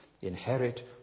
Inherit